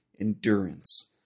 endurance